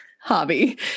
hobby